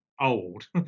old